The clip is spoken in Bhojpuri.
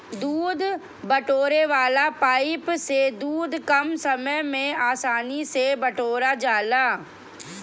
दूध बटोरे वाला पाइप से दूध कम समय में आसानी से बटोरा जाला